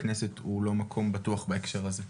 הכנסת היא לא מקום בטוח בנושא הזה.